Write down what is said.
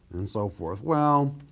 and so forth. well,